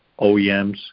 OEMs